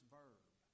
verb